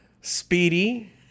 speedy